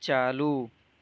چالو